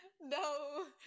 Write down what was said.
No